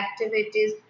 activities